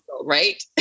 right